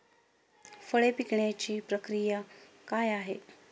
फळे पिकण्याची प्रक्रिया काय आहे?